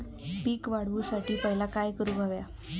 पीक वाढवुसाठी पहिला काय करूक हव्या?